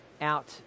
out